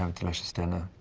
um delicious dinner,